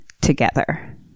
together